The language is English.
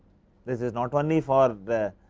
this is not only for the